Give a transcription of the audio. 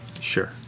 Sure